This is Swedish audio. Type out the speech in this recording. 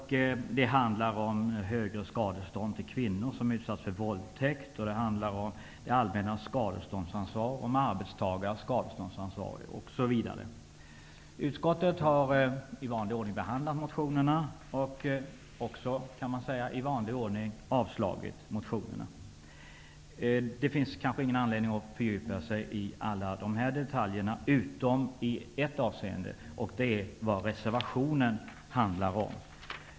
De handlar om högre skadestånd till kvinnor som har utsatts för våldtäkt och om det allmänna skadeståndsansvaret, om arbetstagares skadeståndsansvar osv. Utskottet har i vanlig ordning behandlat motionerna samt också, kan man säga, i vanlig ordning avslagit motionerna. Det finns kanske ingen anledning att fördjupa sig i alla dessa detaljer utom i ett avseende, vad reservationen handlar om.